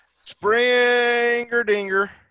Springer-dinger